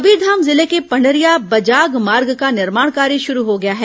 कबीरधाम जिले के पंडरिया बजाग मार्ग का निर्माण कार्य शुरू हो गया है